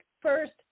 first